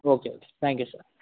okay okay thank you sir